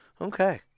Okay